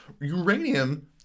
uranium